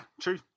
true